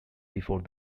before